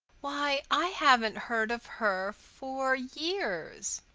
why, i haven't heard of her for years.